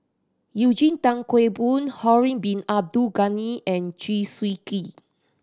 Eugene Tan Kheng Boon Harun Bin Abdul Ghani and Chew Swee Kee